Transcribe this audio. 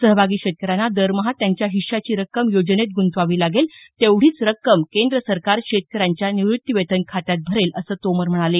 सहभागी शेतकऱ्यांना दरमहा त्यांच्या हिश्श्याची रक्कम योजनेत ग्रंतवावी लागेल तेवढीच रक्कम केंद्र सरकार शेतकऱ्यांच्या निवृत्तीवेतन खात्यात भरेल असं तोमर म्हणाले